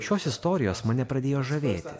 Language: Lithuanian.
šios istorijos mane pradėjo žavėti